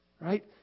Right